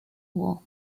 war